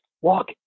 walk